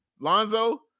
Lonzo